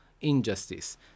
injustice